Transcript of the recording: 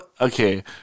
Okay